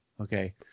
okay